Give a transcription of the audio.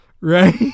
right